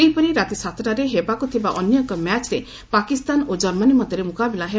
ସେହିପରି ରାତି ସାତଟାରେ ହେବାକୁ ଥିବା ଅନ୍ୟ ଏକ ମ୍ୟାଚ୍ରେ ପାକିସ୍ତାନ ଓ ଜର୍ମାନୀ ମଧ୍ୟରେ ମୁକାବିଲା ହେବ